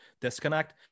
disconnect